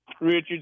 Richard